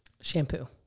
Shampoo